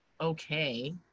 okay